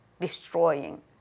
destroying